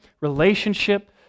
relationship